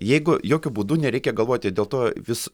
jeigu jokiu būdu nereikia galvoti dėl to vis